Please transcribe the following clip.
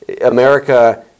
America